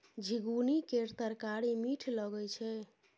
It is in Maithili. झिगुनी केर तरकारी मीठ लगई छै